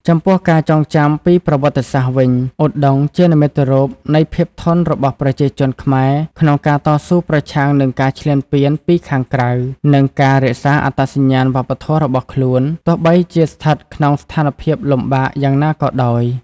ចំពោះការចងចាំពីប្រវត្តិសាស្ត្រវិញ ឧដុង្គជានិមិត្តរូបនៃភាពធន់របស់ប្រជាជនខ្មែរក្នុងការតស៊ូប្រឆាំងនឹងការឈ្លានពានពីខាងក្រៅ និងការរក្សាអត្តសញ្ញាណវប្បធម៌របស់ខ្លួន ទោះបីជាស្ថិតក្នុងស្ថានភាពលំបាកយ៉ាងណាក៏ដោយ។